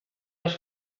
les